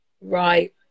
right